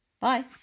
Bye